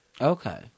Okay